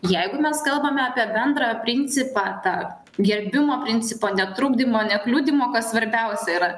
jeigu mes kalbame apie bendrą principą tą gerbimo principo netrukdymo nekliudymo kas svarbiausia yra